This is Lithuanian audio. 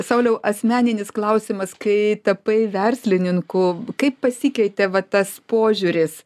sauliau asmeninis klausimas kai tapai verslininku kaip pasikeitė va tas požiūris